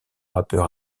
rappeur